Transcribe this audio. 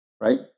right